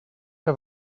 que